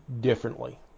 differently